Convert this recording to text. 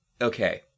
okay